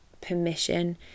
permission